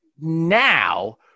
now